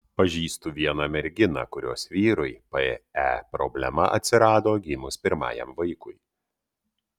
pažįstu vieną merginą kurios vyrui pe problema atsirado gimus pirmajam vaikui